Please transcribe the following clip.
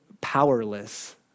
powerless